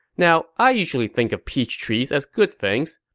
now i usually think of peach trees as good things,